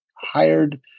hired